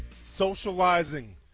socializing